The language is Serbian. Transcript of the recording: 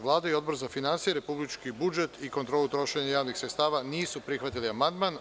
Vlada i Odbor za finansije, republički budžet i kontrolu trošenja javnih sredstava nisu prihvatili amandman.